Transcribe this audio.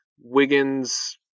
Wiggins